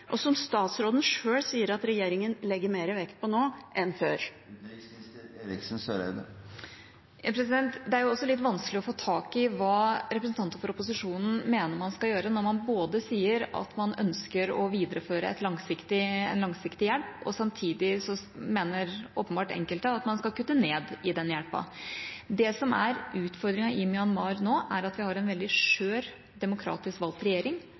og som statsråden sjøl sier regjeringen legger mer vekt på nå enn før? Det er også litt vanskelig å få tak i hva representanter for opposisjonen mener man skal gjøre, når man både sier at man ønsker å videreføre en langsiktig hjelp, samtidig som enkelte åpenbart mener at man skal kutte ned i den hjelpen. Det som er utfordringen i Myanmar nå, er at vi har en veldig skjør demokratisk valgt regjering